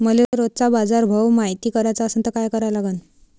मले रोजचा बाजारभव मायती कराचा असन त काय करा लागन?